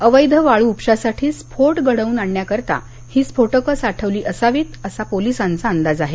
अवैध वाळू उपशासाठी स्फोट घडवून आणण्याकरता ही स्फोटकं साठवली असावीत असा पोलिसांचा अंदाज आहे